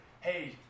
hey